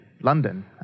London